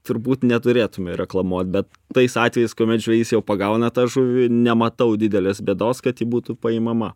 turbūt neturėtume reklamuot be tais atvejais kuomet žvejys jau pagauna tą žuvį nematau didelės bėdos kad ji būtų paimama